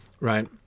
Right